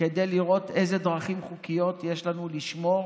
ואראה איזה דרכים חוקיות יש לנו לשמור